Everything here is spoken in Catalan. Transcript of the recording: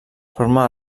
forma